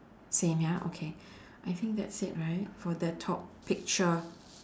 same ya okay I think that's it right for the top picture